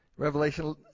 Revelation